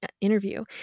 interview